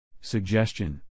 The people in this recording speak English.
Suggestion